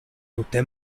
tute